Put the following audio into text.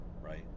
right